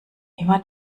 immer